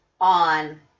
on